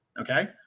Okay